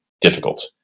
difficult